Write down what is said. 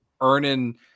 earning